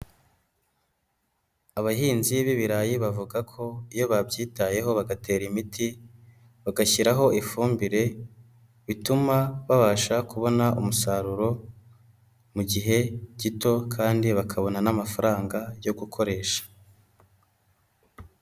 Abahinzi b'ibirayi bavuga ko iyo babyitayeho bagatera imiti, bagashyiraho ifumbire, bituma babasha kubona umusaruro mu gihe gito kandi bakabona n'amafaranga yo gukoresha.